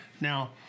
Now